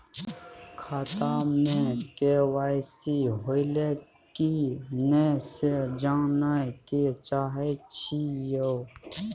खाता में के.वाई.सी होलै की नय से जानय के चाहेछि यो?